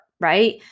right